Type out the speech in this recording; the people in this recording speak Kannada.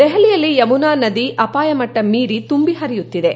ದೆಹಲಿಯಲ್ಲಿ ಯಮುನಾ ನದಿ ಅಪಾಯ ಮಟ್ಟ ಮೀರಿ ತುಂಬಿ ಹರಿಯುತ್ತಿದೆ